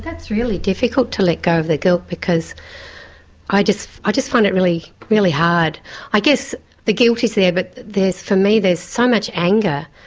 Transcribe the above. that's really difficult to let go of the guilt, because i just ah just find it really really hard. i guess the guilt is there but for me there's so much anger,